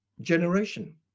generation